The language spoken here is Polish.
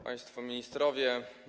Państwo Ministrowie!